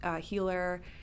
healer